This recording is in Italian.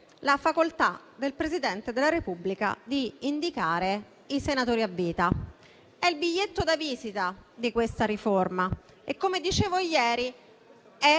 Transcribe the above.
la facoltà del Presidente della Repubblica di indicare i senatori a vita. È il biglietto da visita di questa riforma e - come dicevo ieri -